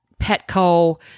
Petco